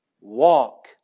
walk